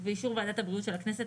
ובאישור ועדת הבריאות של הכנסת,